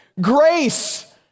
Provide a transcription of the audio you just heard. Grace